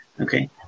Okay